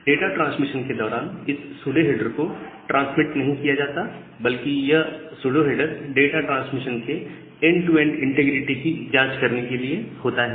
data transmission के दौरान इस सुडो हेडर को ट्रांसमिट नहीं किया जाता बल्कि यह सुडो हेडर डाटा ट्रांसमिशन के एंड टू एंड इंटीग्रिटी की जांच करने के लिए होता है